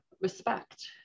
respect